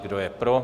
Kdo je pro?